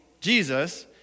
Jesus